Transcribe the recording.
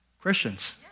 Christians